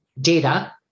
data